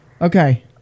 Okay